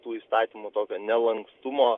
tų įstatymų tokio nelankstumo